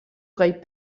graet